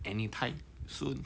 anytime soon